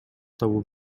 табуу